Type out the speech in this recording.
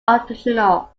optional